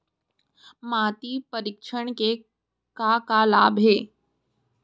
माटी परीक्षण के का का लाभ हे?